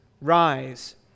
rise